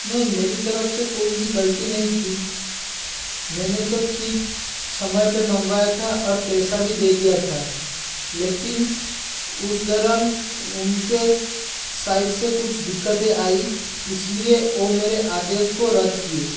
नहीं मेरी तरफ़ से कोई भी गलती नहीं थी मैंने तो ठीक समय पर मंगवाया था और पैसा भी दे दिया था लेकिन उस दौरान उनके साइड से कुछ दिक्कतें आई इसलिए ओ मेरे आदेश को रद्द किए